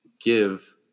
give